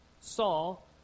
Saul